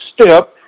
step